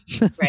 Right